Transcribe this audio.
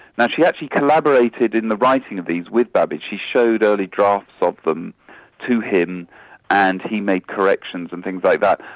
now, she actually collaborated in the writing of these with babbage, she showed early drafts of them to him and he made corrections and things like that.